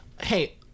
hey